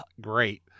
great